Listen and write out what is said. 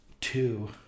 two